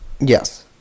yes